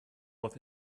was